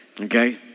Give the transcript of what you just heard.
okay